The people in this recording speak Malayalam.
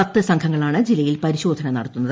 പത്ത് സംഘങ്ങളാണ് ജില്ലയിൽ പരിശോധന നടത്തുന്നത്